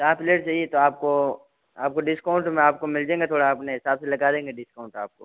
चार प्लेट चाहिए तो आपको आपको डिस्काउंट में आपको मिल जाएगा थोड़ा अपने हिसाब से लगा देंगे डिस्काउंट आपको